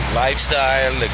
lifestyle